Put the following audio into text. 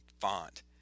font